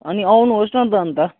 अनि आउनुहोस् न त अन्त